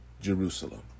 Jerusalem